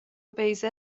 بیضه